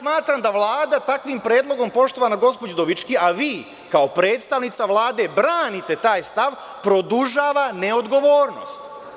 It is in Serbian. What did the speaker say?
Smatram da Vlada takvim predlogom, poštovana gospođo Udovički, vi kao predstavnica Vlade branite taj stav, produžava neodgovornost.